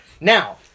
Now